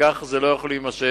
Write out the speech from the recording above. וכך זה לא יכול להימשך.